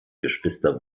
geschwister